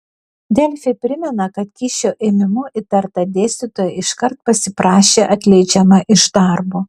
delfi primena kad kyšio ėmimu įtarta dėstytoja iškart pasiprašė atleidžiama iš darbo